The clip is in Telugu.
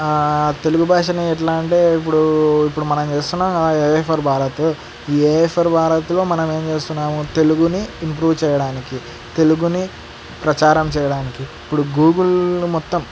తెలుగు భాషని ఎలా అంటే ఇప్పుడు ఇప్పుడు మనం చేస్తున్నాము కదా ఏఎ ఫర్ భారత్ ఈ ఏఎ ఫర్ భారత్లో మనం ఏమి చేస్తున్నాము తెలుగుని ఇంప్రూవ్ చెయ్యడానికి తెలుగుని ప్రచారం చెయ్యడానికి ఇప్పుడు గూగుల్ మొత్తం